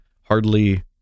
hardly